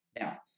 Now